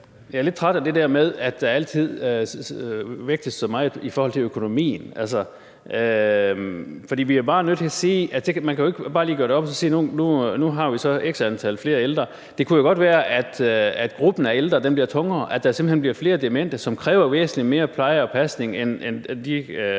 Jeg er lidt træt af det der med, at økonomien altid vægtes så meget. Vi er jo bare nødt til at sige, at man ikke bare lige kan gøre det op i, at vi nu har x antal flere ældre. Det kunne jo godt være, gruppen af ældre bliver tungere, at der simpelt hen bliver flere demente, som kræver væsentlig mere pleje og pasning end de